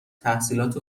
تحصیلات